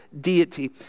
deity